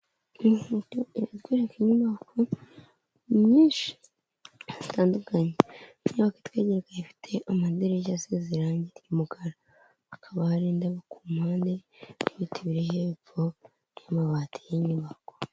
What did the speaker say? Iki ngiki ni ikigo cya emutiyene kidufasha kubijyanye no kuba baguha amayinite ugahamagara mugenzi wawe, cyangwa se ukamwandikira kuri murandasi bitewe n'icyo ushaka.